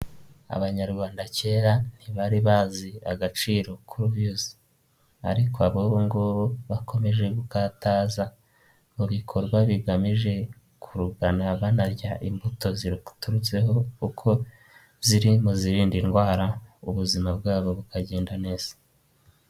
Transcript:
Abanyarwanda kera ntibari bazi agaciro k'uruyuzu, ariko ab'ubu ngubu bakomeje gukataza mu bikorwa bigamije kurugana banarya imbuto ziruturutseho kuko ziri mu zirinda indwara, ubuzima bwabo bukagenda neza.